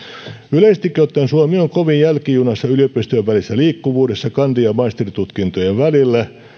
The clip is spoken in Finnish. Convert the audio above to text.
yleisestikin ottaen suomi on kovin jälkijunassa yliopistojen välisessä liikkuvuudessa kandi ja maisteritutkintojen välillä